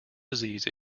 disease